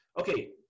Okay